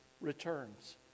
returns